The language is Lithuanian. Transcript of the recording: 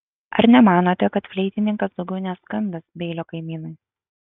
ar nemanote kad fleitininkas daugiau neskambins beilio kaimynui